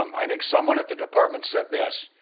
um i think someone at the department said this,